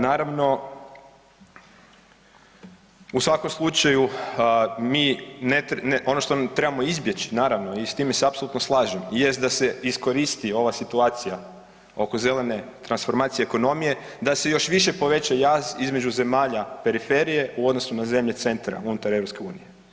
Naravno, u svakom slučaju ono što mi trebamo izbjeć naravno i s time se apsolutno slažem jest da se iskoristi ova situacija oko zelene transformacije ekonomije da se još više poveća jaz između zemalja periferije u odnosu na zemlje centra unutar EU.